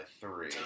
three